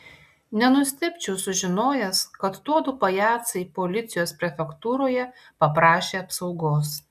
nenustebčiau sužinojęs kad tuodu pajacai policijos prefektūroje paprašė apsaugos